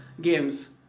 games